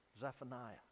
Zephaniah